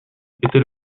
était